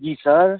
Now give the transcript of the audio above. जी sir